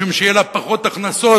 משום שיהיו לה פחות הכנסות